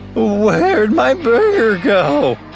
where'd my burger go?